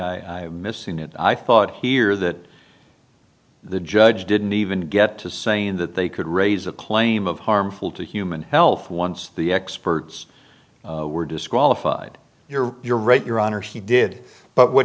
maybe missing it i thought here that the judge didn't even get to saying that they could raise a claim of harmful to human health once the experts were disqualified your you're right your honor he did but what